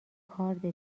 کارد